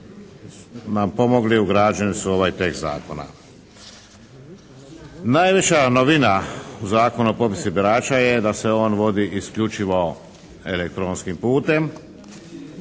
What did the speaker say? nam pomogli ugrađeni su u ovaj tekst zakona. Najviša novina u Zakonu o popisu birača je da se on vodi isključivo elektronskim putem